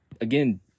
again